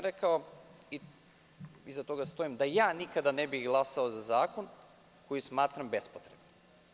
Rekao sam i iza toga stojim da ja nikada ne bih glasao za zakon koji smatram bespotrebnim.